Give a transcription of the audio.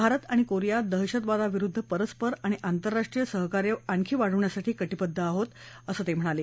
भारत आणि कोरियात दहशतवादाविरुद्ध परस्पर आणि आतंरराष्ट्रीय सहकार्य आणखी वाढवण्यासाठी कटीबद्द आहोत असं ते म्हणाले